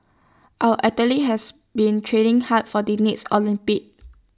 our athletes has been training hard for the next Olympics